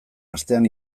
astean